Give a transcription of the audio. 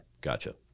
Gotcha